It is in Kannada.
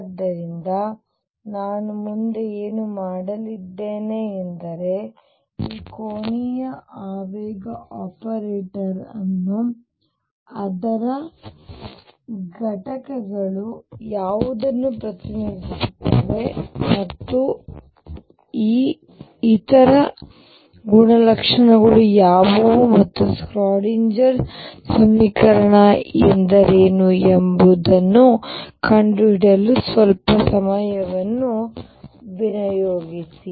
ಆದ್ದರಿಂದ ನಾನು ಮುಂದೆ ಏನು ಮಾಡಲಿದ್ದೇನೆ ಎಂದರೆ ಈ ಕೋನೀಯ ಆವೇಗ ಆಪರೇಟರ್ ಅನ್ನು ಅದರ ಘಟಕಗಳು ಯಾವುದನ್ನು ಪ್ರತಿನಿಧಿಸುತ್ತವೆ ಮತ್ತು ಈ ಇತರ ಗುಣಲಕ್ಷಣಗಳು ಯಾವುವು ಮತ್ತು ಸ್ಕ್ರಾಡಿನ್ಜರ್Schrödinger ಸಮೀಕರಣ ಎಂದರೇನು ಎಂಬುದನ್ನು ಕಂಡುಹಿಡಿಯಲು ಸ್ವಲ್ಪ ಸಮಯವನ್ನು ವಿನಿಯೋಗಿಸಿ